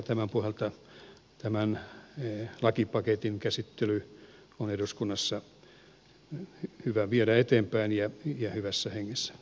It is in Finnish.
tämän pohjalta tämän lakipaketin käsittely on eduskunnassa hyvä viedä eteenpäin ja hyvässä hengessä